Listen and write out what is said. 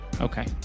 Okay